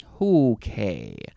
Okay